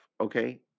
okay